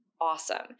awesome